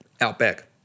Outback